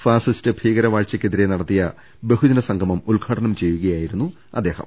fascist ഭീകര വാഴ്ചക്കെതിരെ നടത്തിയ ബഹു ജന സംഘമം ഉദ്ഘാടനം ചെയ്യുകയായിരുന്നു അദ്ദേ ഹം